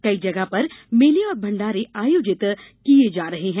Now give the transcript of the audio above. कई जगह पर मेले और भण्डारे आयोजित किये जा रहे हैं